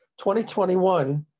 2021